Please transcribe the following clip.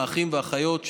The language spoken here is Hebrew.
האחים והאחיות,